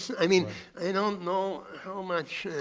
so i mean i don't know how much.